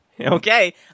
Okay